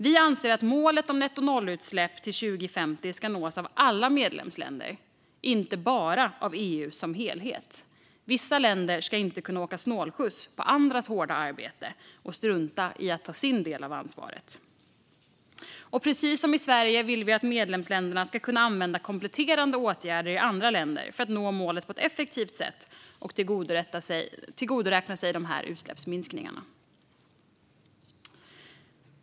Vi anser att målet om nettonollutsläpp till 2050 ska nås av alla medlemsländer, inte bara av EU som helhet. Vissa länder ska inte kunna åka snålskjuts på andras hårda arbete och strunta i att ta sin del av ansvaret. Och precis som i Sverige vill vi att medlemsländerna ska kunna använda kompletterande åtgärder i andra länder för att nå målet på ett effektivt sätt och tillgodoräkna sig dessa utsläppsminskningar.